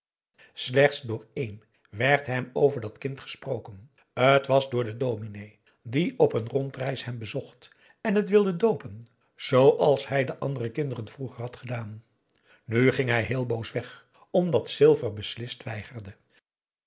slechts door één werd hem over dat kind gesproken t was door den dominé die op een rondreis hem bezocht en het wilde doopen zooals hij de andere kinderen vroeger had gedaan nu ging hij heel boos weg omdat silver beslist weigerde